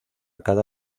cada